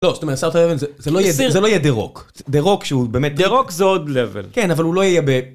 לא זאת אומרת סרט הלבל זה לא יהיה זה לא יהיה דה-רוק דה-רוק שהוא באמת דה-רוק זה עוד לבל כן אבל הוא לא יהיה ב...